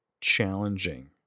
challenging